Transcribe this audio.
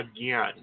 again